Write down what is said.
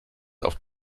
auf